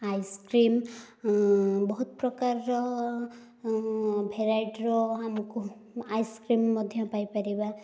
ice cream ବହୁତ ପ୍ରକାରର ଭେରାଇଟିର ଆମକୁ ଆଇସ୍କ୍ରିମ୍ ମଧ୍ୟ ପାଇପାରିବା